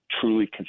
truly